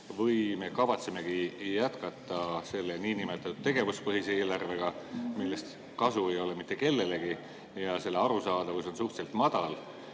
või me kavatsemegi jätkata selle niinimetatud tegevuspõhise eelarvega, millest kasu ei ole mitte kellelegi, sest selle arusaadavus on suhteliselt madal.